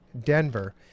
Denver